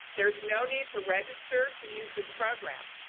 there's no need to register to use this program.